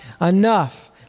enough